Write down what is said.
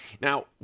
Now